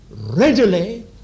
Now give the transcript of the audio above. readily